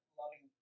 loving